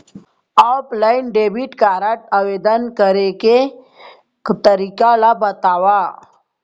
Offline debit card आवेदन करे के तरीका ल बतावव?